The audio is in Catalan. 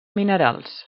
minerals